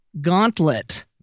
gauntlet